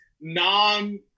non